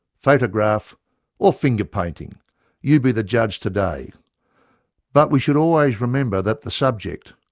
photograph or finger-painting you be the judge today but we should always remember that the subject,